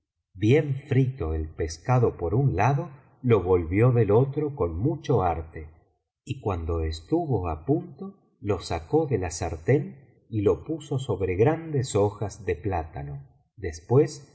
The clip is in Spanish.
bien frito el pescado por un lado lo volvió del otro con mucho arte y cuando estuvo á punto lo sacó de la sartén y lo puso sobre grandes hojas de plátano después